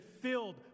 filled